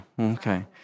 Okay